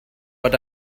but